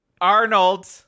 Arnold